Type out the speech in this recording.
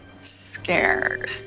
scared